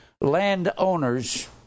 landowners